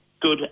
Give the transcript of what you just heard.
good